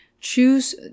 choose